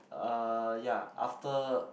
uh ya after